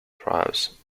drives